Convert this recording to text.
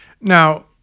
Now